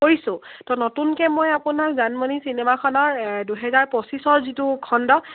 কৰিছোঁ ত' নতুনকে মই আপোনাৰ জানমণি চিনেমাখনৰ দুহেজাৰ পঁচিছৰ যিটো খণ্ড